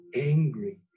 angry